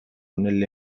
nelle